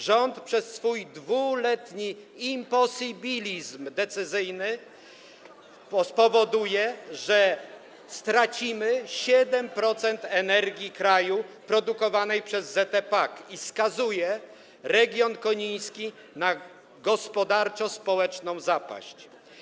Rząd przez swój 2-letni imposybilizm decyzyjny spowoduje, że stracimy 7% energii kraju produkowanej przez ZE PAK, i skazuje region koniński na gospodarczo-społeczną zapaść.